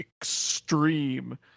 extreme